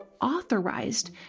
authorized